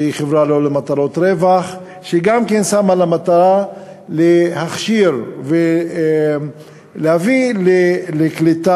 שהיא חברה שלא למטרות רווח ששמה לה למטרה להכשיר ולהביא לקליטה